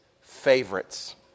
favorites